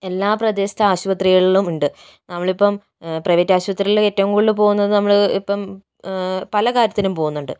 എല്ലാ പ്രദേശത്തെ ആശുപത്രികളിലും ഉണ്ട് നമ്മളിപ്പോൾ പ്രൈവറ്റ് ആശുപത്രീല് ഏറ്റവും കൂടുതല് പോകുന്നത് നമ്മള് ഇപ്പോൾ പല കാര്യത്തിനും പോകുന്നുണ്ട്